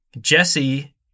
Jesse